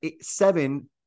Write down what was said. seven